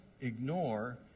ignore